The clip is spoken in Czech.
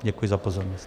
Děkuji za pozornost.